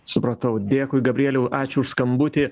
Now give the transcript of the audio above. supratau dėkui gabrieliau ačiū už skambutį